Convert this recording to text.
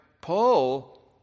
Paul